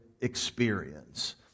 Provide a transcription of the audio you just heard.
experience